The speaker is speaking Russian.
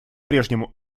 прежнему